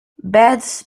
beds